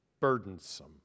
burdensome